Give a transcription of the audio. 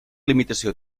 limitació